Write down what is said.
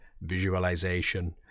visualization